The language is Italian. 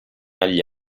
agli